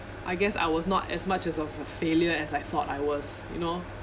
I guess I was not as much as of a failure as I thought I was you know